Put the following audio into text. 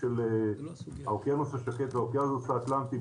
של האוקיינוס השקט והאוקיינוס האטלנטי,